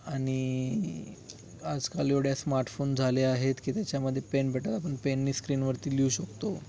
आणि आजकाल एवढे स्मार्टफोन झाले आहेत की त्याच्यामध्ये पेन भेटेल आपण पेनने स्क्रीनवरती लिहू शकतो